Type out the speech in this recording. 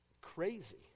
crazy